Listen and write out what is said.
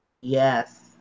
Yes